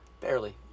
Barely